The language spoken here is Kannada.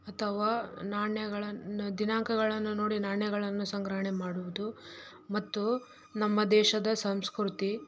ಅಥವಾ ನಾಣ್ಯಗಳನ್ನು ದಿನಾಂಕಗಳನ್ನು ನೋಡಿ ನಾಣ್ಯಗಳನ್ನು ಸಂಗ್ರಹಣೆ ಮಾಡುವುದು ಮತ್ತು ನಮ್ಮ ದೇಶದ ಸಂಸ್ಕೃತಿ